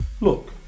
Look